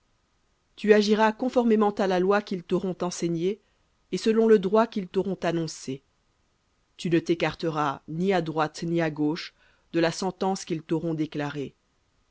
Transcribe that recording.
tu agiras conformément à la loi qu'ils t'auront enseignée et selon le droit qu'ils t'auront annoncé tu ne t'écarteras ni à droite ni à gauche de la sentence qu'ils t'auront déclarée